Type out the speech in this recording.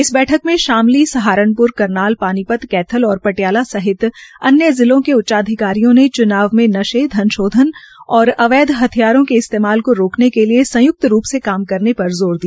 इस बैठक में शामली सहारनप्र करनाल पानीपत कैथल और पटियाला सहित अन्य जिलों के उच्चाधिकारियों ने च्नाव में नशे धन शोधन और अवैध हथियारों के इस्तेमाल को रोकने के लिये संयुक्त रूप से काम करने पर जोर दिया